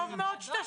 טוב מאוד שאתה